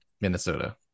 Minnesota